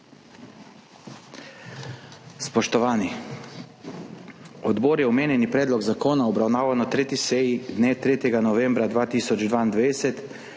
Spoštovani! Odbor je omenjeni predlog zakona obravnaval na 3. seji 3. novembra 2022,